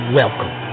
welcome